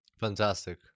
Fantastic